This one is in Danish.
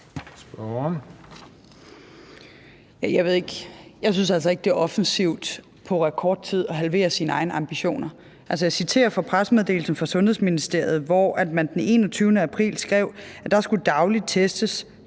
Jeg synes altså ikke, det er offensivt på rekordtid at halvere sine egne ambitioner. Altså, jeg citerer fra pressemeddelelsen fra Sundheds- og Ældreministeriet, hvor man den 21. april skrev, at der dagligt skulle testes